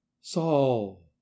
Saul